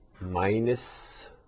minus